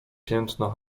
piętno